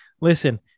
listen